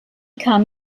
kam